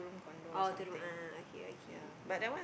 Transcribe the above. oh to the a'ah okay okay